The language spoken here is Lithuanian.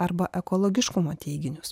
arba ekologiškumo teiginius